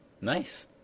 nice